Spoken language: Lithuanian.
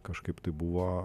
kažkaip tai buvo